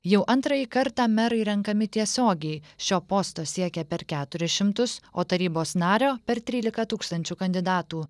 jau antrąjį kartą merai renkami tiesiogiai šio posto siekia per keturis šimtus o tarybos nario per trylika tūkstančių kandidatų